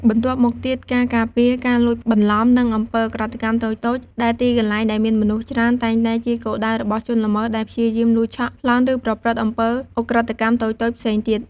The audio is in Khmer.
បន្ទាប់មកទៀតការការពារការលួចបន្លំ និងអំពើឧក្រិដ្ឋកម្មតូចៗ ដែលទីកន្លែងដែលមានមនុស្សច្រើនតែងតែជាគោលដៅរបស់ជនល្មើសដែលព្យាយាមលួចឆក់ ប្លន់ ឬប្រព្រឹត្តអំពើឧក្រិដ្ឋកម្មតូចៗផ្សេងទៀត។